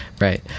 Right